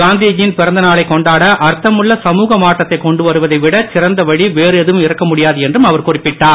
காந்திஜி யின் பிறந்த நாளை கொண்டாட அர்த்தமுள்ள சமுக மாற்றத்தை கொண்டு வருவதை விடச் சிறந்த வழி வேறு எதுவும் இருக்க முடியாது என்றும் அவர் குறிப்பிட்டார்